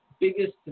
biggest